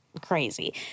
crazy